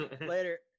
Later